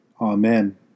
Amen